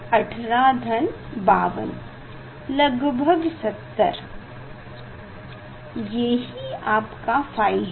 18 52 लगभग 70 ये ही आपका ϕ है